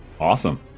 Awesome